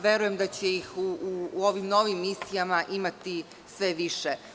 Verujem da će ih u ovim novim misijama imati sve više.